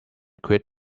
quid